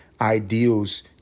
ideals